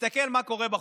תסתכל מה קורה בחוץ.